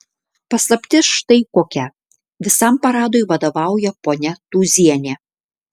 paslaptis štai kokia visam paradui vadovauja ponia tūzienė